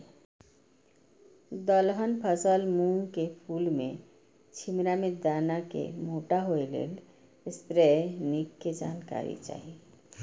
दलहन फसल मूँग के फुल में छिमरा में दाना के मोटा होय लेल स्प्रै निक के जानकारी चाही?